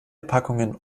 packungen